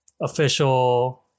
official